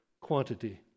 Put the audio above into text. quantity